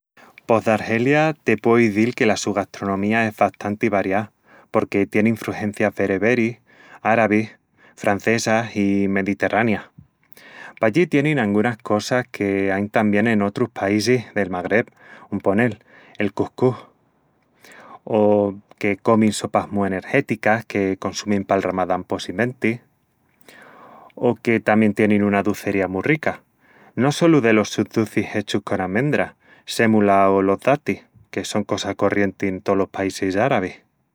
Pos d'Argelia te pueu izil que la su gastronomía es bastanti variá porque tien infrugencias bereberis, arabis, francesas i mediterranias... Pallí tienin angunas cosas que ain tamién en otrus paísis del Maghreb; un ponel, el cuscús. O que comin sopas mu energéticas que consumin pal Ramadán possimenti. O que tamién tienin una ducería mu rica, no solu delos sus ducis hechus con amendra,, sémula o los datis, que son cosa corrienti en tolos paísis arabis.